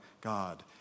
God